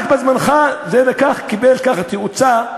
רק בזמנך זה קיבל תאוצה,